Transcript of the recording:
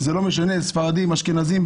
ולא משנה אם ספרדים או אשכנזים.